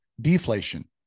deflation